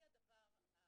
היא הדבר.